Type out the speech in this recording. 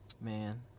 Man